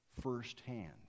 firsthand